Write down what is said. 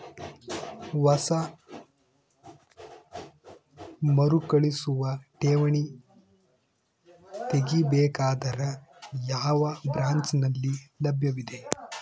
ಹೊಸ ಮರುಕಳಿಸುವ ಠೇವಣಿ ತೇಗಿ ಬೇಕಾದರ ಯಾವ ಬ್ರಾಂಚ್ ನಲ್ಲಿ ಲಭ್ಯವಿದೆ?